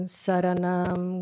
saranam